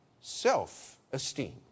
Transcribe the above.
self-esteem